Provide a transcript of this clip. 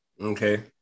okay